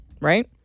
right